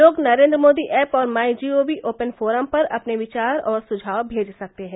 लोग नरेन्द्र मोदी ऐप और MyGov open forum पर अपने विचार और सुझाव भेज सकते हैं